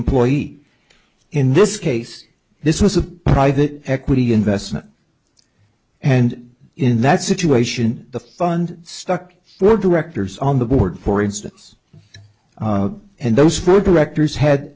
employee in this case this was a private equity investment and in that situation the fund stuck for directors on the board for instance and those four directors had